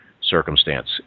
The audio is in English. circumstance